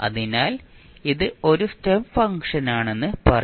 അതിനാൽ ഇത് ഒരു സ്റ്റെപ്പ് ഫംഗ്ഷനാണെന്ന് പറയും